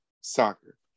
Soccer